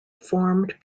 formed